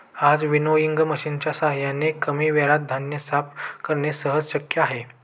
आज विनोइंग मशिनच्या साहाय्याने कमी वेळेत धान्य साफ करणे सहज शक्य आहे